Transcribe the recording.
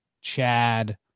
Chad